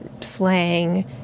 slang